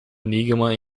enigma